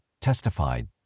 testified